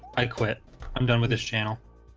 i quit i'm done with this channel